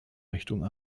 richtung